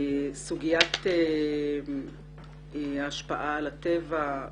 סוגיית ההשפעה על הטבע,